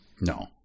No